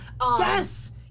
Yes